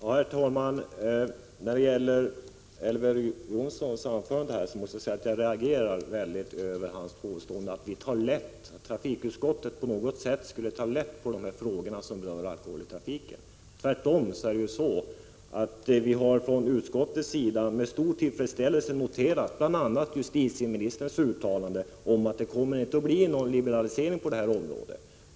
Herr talman! Jag måste säga att jag reagerar kraftigt på Elver Jonssons påstående att trafikutskottet på något sätt skulle ta lätt på frågorna om alkohol i trafiken. Utskottet har tvärtemot med stor tillfredsställelse noterat bl.a. justitieministerns uttalanden om att det inte kommer att bli någon liberalisering på det här området.